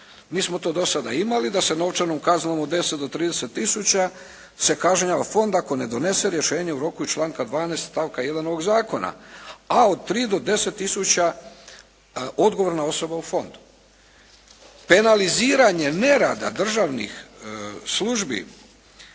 Mi smo to do sada imali da se novčanom kaznom od 10 do 30000 se kažnjava fond ako ne donese rješenje u roku iz članka 12. stavka 1. ovog zakona, a od 3 do 10000 odgovorna osoba u fondu. Penaliziranje nerada državnih službi